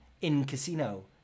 in-casino